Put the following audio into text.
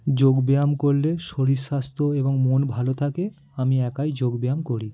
যোগ ব্যায়াম করলে শরীর স্বাস্থ্য এবং মন ভালো থাকে আমি একাই যোগ ব্যায়াম করি